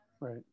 Right